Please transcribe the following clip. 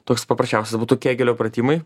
toks paprasčiausias būtų kėgelio pratimai